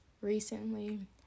recently